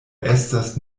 estas